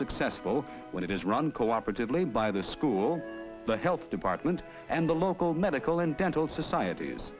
successful when it is run cooperatively by the school the health department and the local medical and dental societ